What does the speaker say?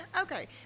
Okay